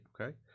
okay